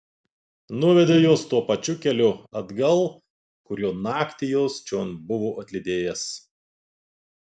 nuvedė juos tuo pačiu keliu atgal kuriuo naktį juos čion buvo atlydėjęs